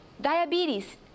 diabetes